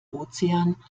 ozean